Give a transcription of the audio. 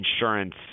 insurance